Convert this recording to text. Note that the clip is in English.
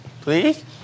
Please